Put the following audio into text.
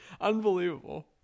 Unbelievable